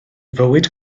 fywyd